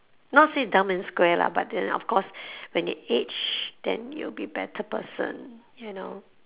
not say dumb and square lah but then of course when you age then you will be better person you know